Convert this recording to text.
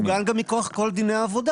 בסדר, הוא מוגן גם מכוח כל דיני העבודה.